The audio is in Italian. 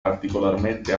particolarmente